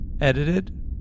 edited